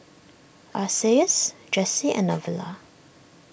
Isaias Jessy and Novella